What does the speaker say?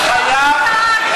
אנחנו ניגש להצבעה.